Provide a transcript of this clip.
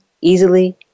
easily